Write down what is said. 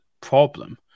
problem